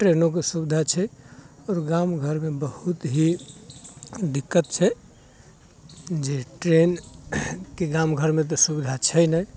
ट्रेनोके सुविधा छै आओर गाम घरमे बहुत ही दिक्कत छै जे ट्रेनके गाम घरमे तऽ सुविधा छै नहि